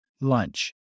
lunch